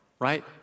Right